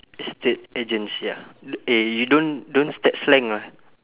estate agents ya eh you you don't step slang ah